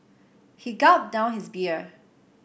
he gulped down his beer